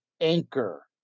Anchor